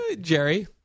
Jerry